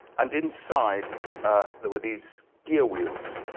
and inside there were these gear wheels.